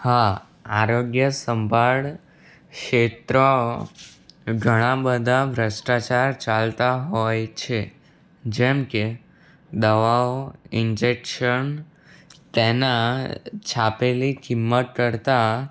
હા આરોગ્ય સંભાળ ક્ષેત્ર ઘણા બધા ભ્રષ્ટાચાર ચાલતા હોય છે જેમ કે દવાઓ ઇન્જેક્શન તેના છાપેલી કિંમત કરતા